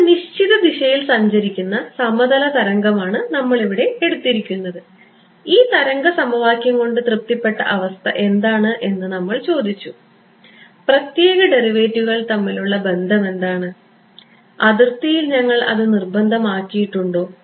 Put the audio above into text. ഒരു നിശ്ചിത ദിശയിൽ സഞ്ചരിക്കുന്ന സമതല തരംഗമാണ് നമ്മൾ എടുത്തിരുന്നത് ഈ തരംഗ സമവാക്യം കൊണ്ട് തൃപ്തിപ്പെട്ട അവസ്ഥ എന്താണ് എന്ന് നമ്മൾ ചോദിച്ചു പ്രത്യേക ഡെറിവേറ്റീവുകൾ തമ്മിലുള്ള ബന്ധം എന്താണ് അതിർത്തിയിൽ ഞങ്ങൾ അത് നിർബന്ധമാക്കിയിട്ടുണ്ടോ